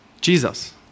Jesus